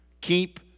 keep